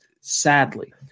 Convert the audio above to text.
sadly